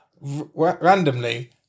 randomly